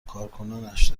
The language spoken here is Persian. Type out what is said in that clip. کارکنانش